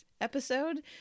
episode